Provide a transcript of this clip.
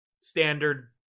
standard